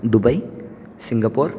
Dubai Singapore